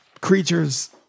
creatures